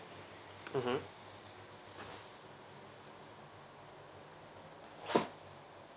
mmhmm